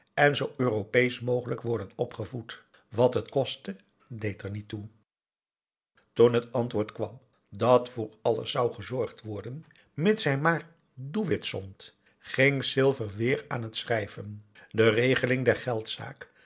en zoo europeesch mogelijk worden opgevoed wat het kostte deed er niet toe toen het antwoord kwam dat voor alles zou gezorgd worden mits hij maar doewit zond ging silver weer aan het schrijven de regeling der geldzaak